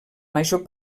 major